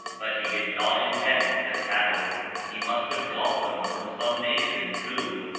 but he did not invent the cattle he must have got them from some nation who,